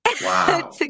Wow